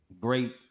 great